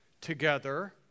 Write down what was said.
together